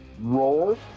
roll